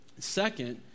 Second